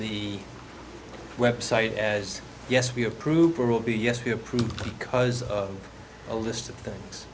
the website as yes we approve or will be yes we approve because of a list of things